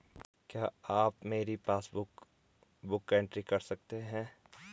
क्या आप मेरी पासबुक बुक एंट्री कर सकते हैं?